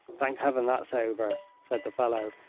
thank heaven, that's over, said the fellow,